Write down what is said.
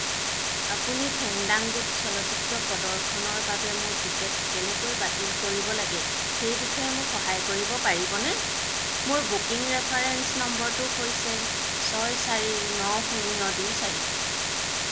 আপুনি ফেণ্ডাংগোত চলচ্চিত্ৰ প্ৰদৰ্শনৰ বাবে মোৰ টিকট কেনেকৈ বাতিল কৰিব লাগে সেই বিষয়ে মোক সহায় কৰিব পাৰিবনে মোৰ বুকিং ৰেফাৰেন্স নম্বৰটো হৈছে চয় চাৰি ন শূন্য দুই চাৰি